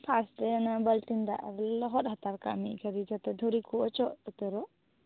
ᱯᱟᱥᱴᱨᱮ ᱚᱱᱟ ᱵᱟᱞᱴᱤᱱ ᱫᱟᱜ ᱨᱮᱜᱮ ᱞᱚᱦᱚᱫ ᱦᱟᱛᱟᱣ ᱠᱟᱹᱢᱤ ᱠᱟᱹᱢᱤ ᱠᱟᱛᱮ ᱫᱷᱩᱲᱤᱠᱚ ᱡᱚᱛᱚ ᱫᱷᱩᱲᱤ ᱠᱚ ᱚᱪᱚᱜ ᱩᱛᱟ ᱨᱚᱜ